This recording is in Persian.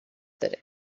داره